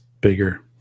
bigger